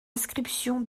inscription